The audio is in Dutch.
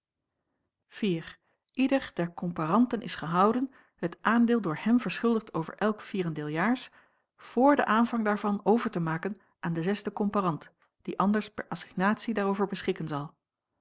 iv ieder der komparanten is gehouden het aandeel door hem verschuldigd over elk vierendeeljaars voor den aanvang daarvan over te maken aan den zesden komparant die anders per assignatie daarover beschikken zal